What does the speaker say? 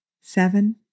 seven